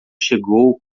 chegou